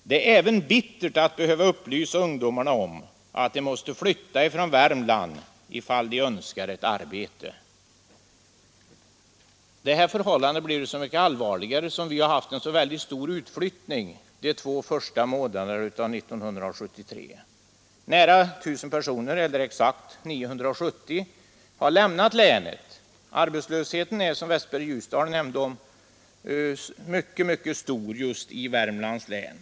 Det är även bittert att behöva upplysa ungdomarna om att de måste flytta från Värmland ifall de önskar ett arbete.” Dessa förhållanden är desto allvarligare som vi under de två första månaderna 1973 har haft en mycket stark utflyttning. Nära 1 000 personer, exakt 970, har lämnat länet. Som herr Westberg i Ljusdal nämnde är arbetslösheten mycket stor just i Värmlands län.